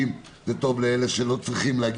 זה טוב לאלה שיש להם הורים קשישים,